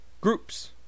groups